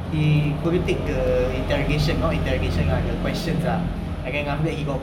he couldn't take the interrogation not interrogation lah the questions ah then after that he got